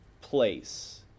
place